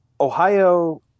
Ohio